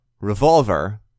Revolver